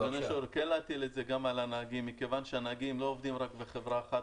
כן להטיל את זה גם על הנהגים מכיוון שהנהגים לא עובדים רק בחברה אחת.